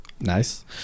Nice